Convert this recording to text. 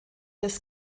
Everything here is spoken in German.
des